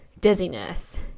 dizziness